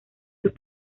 sus